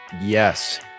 Yes